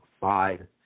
five